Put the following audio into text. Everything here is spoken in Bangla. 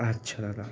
আচ্ছা